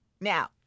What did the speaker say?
Now